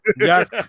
yes